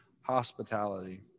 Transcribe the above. hospitality